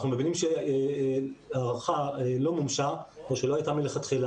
אנחנו מבינים שהארכה לא מומשה או שלא הייתה מלכתחילה.